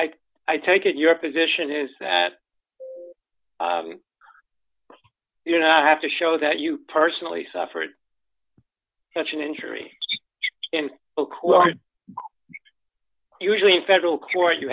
ok i take it your position is that you now have to show that you personally suffered such an injury and usually in federal court you